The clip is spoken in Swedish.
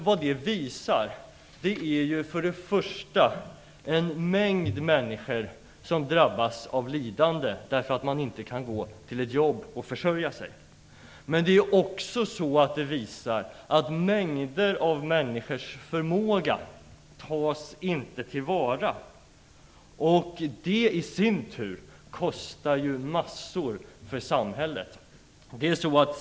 Vad det visar är först och främst en mängd människor som drabbas av lidande, därför att de inte kan gå till ett jobb och försörja sig. Men det visar också att mycket av människors förmåga inte tas till vara. Det i sin tur kostar massor för samhället.